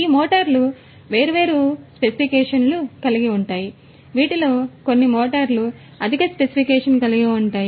ఈ మోటార్లు వేర్వేరు స్పెసిఫికేషన్లను కలిగి ఉంటాయి వీటిలో కొన్ని మోటార్లు అధిక స్పెసిఫికేషన్ కలిగి ఉంటాయి